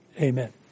Amen